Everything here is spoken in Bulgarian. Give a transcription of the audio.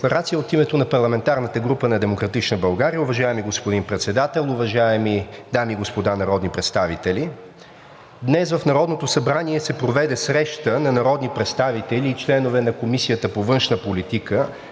„ДЕКЛАРАЦИЯ от името на парламентарната група на „Демократична България“ Уважаеми господин Председател, уважаеми дами и господа народни представител! Днес в Народното събрание се проведе среща на народни представители и членове на Комисията по външна политика